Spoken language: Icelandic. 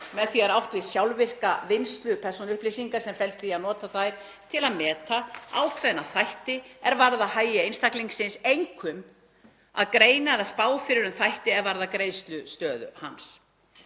Með því er átt við sjálfvirka vinnslu persónuupplýsinga sem felst í því að nota þær til að meta ákveðna þætti er varða hagi einstaklings, einkum að greina eða spá fyrir um þætti er varða greiðslustöðu hans.